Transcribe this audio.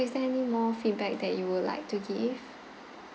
so is there any more feedback that you would like to give